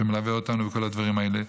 שמלווה אותנו בכל הדברים האלה,